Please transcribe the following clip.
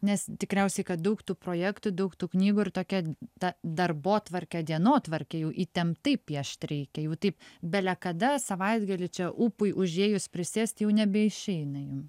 nes tikriausiai kad daug tų projektų daug tų knygų ir tokia ta darbotvarkė dienotvarkė jau įtemptai piešt reikia jau taip bele kada savaitgalį čia ūpui užėjus prisėst jau nebeišeina jum